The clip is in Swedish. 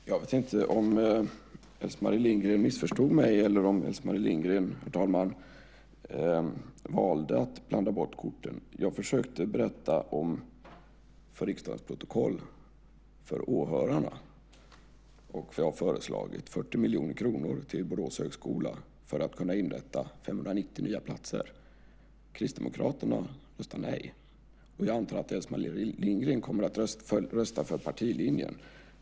Herr talman! Jag vet inte om Else-Marie Lindgren missförstod mig eller om hon valde att blanda bort korten. Jag försökte berätta för riksdagens protokoll, för åhörarna och för de boråsare som jag hoppas är intresserade av den här debatten att i budgetpropositionen har jag föreslagit 40 miljoner kronor till Borås högskola för att kunna inrätta 590 nya platser. Kristdemokraterna röstar nej. Jag antar att Else-Marie Lindgren kommer att rösta för partilinjen.